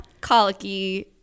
colicky